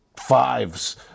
fives